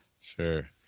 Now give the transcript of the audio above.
sure